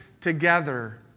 together